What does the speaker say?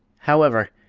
however,